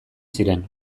ziren